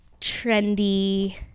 trendy